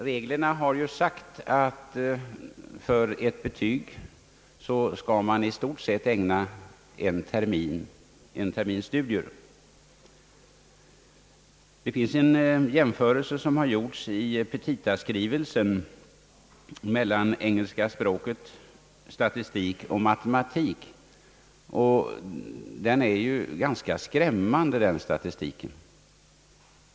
Reglerna säger att för 1 betyg krävs i stort sett en termins studier. I petitaskrivelsen har en jämförelse gjorts mellan ämnena engelska språket, matematik och statistik, och den statistiken är ganska skrämmande.